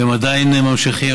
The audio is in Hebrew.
הם עדיין ממשיכים.